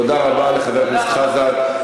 תודה רבה לחבר הכנסת חזן.